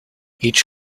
each